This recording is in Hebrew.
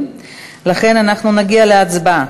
לכן אנחנו נגיע להצבעה.